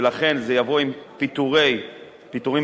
ולכן זה יבוא עם פיטורים בהסכמה,